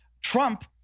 Trump